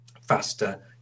faster